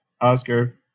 Oscar